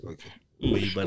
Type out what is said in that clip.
Okay